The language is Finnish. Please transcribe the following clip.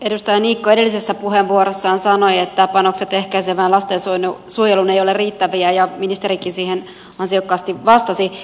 edustaja niikko edellisessä puheenvuorossaan sanoi että panokset ehkäisevään lastensuojeluun eivät ole riittäviä ja ministerikin siihen ansiokkaasti vastasi